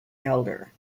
elder